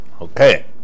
okay